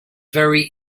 very